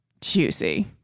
juicy